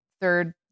third